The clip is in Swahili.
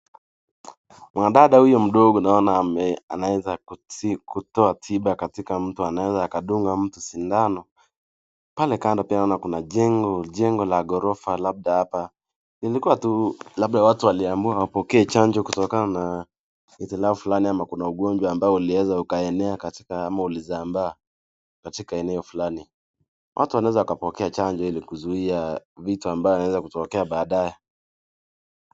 Mwanadada huyu mdogo naona anaweza kutoa tiba katika mtu. Anaweza akadunga mtu sindano. Pale kando pia naona kuna jengo. Jengo la ghorofa lilikua tu, labda hata kulikua tu, labda watu waliamua kupokea chanjo kutokana na hitilafu fulani ama kuna ugonjwa ambao uliweza ukaenea katika ama ulisambaa katika eneo fulani. Watu wanaweza wakapokea chanjo ili kuzuia vitu ambaye inaweza kutokea baadae.